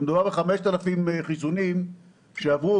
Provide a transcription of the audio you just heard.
כשמדובר ב-5,000 חיסונים שעברו,